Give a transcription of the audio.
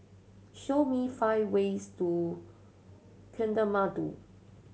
show me five ways to Kathmandu